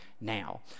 now